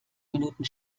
minuten